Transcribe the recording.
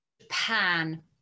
Japan